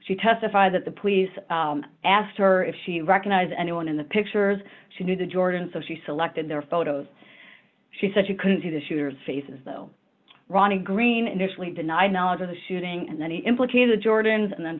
she testified that the police asked her if she recognized anyone in the pictures she knew the jordan so she selected their photos she said she couldn't see the shooter's faces though ronnie green initially denied knowledge of the shooting and then he implicated jordan's and then